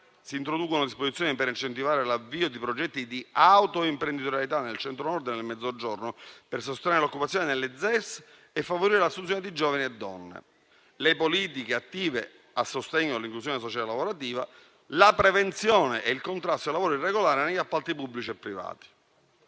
si introducono disposizioni per incentivare l'avvio di progetti di autoimprenditorialità nel Centro-Nord e nel Mezzogiorno, per sostenere l'occupazione nelle ZES e favorire l'assunzione di giovani e donne; le politiche attive a sostegno dell'inclusione sociale e lavorativa; la prevenzione e il contrasto al lavoro irregolare negli appalti pubblici e privati.